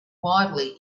wildly